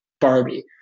Barbie